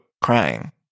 crying